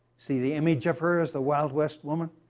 see the image of her as the wild west woman.